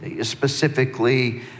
specifically